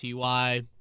TY